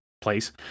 place